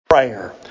Prayer